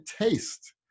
taste